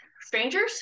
strangers